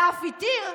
ואף התיר,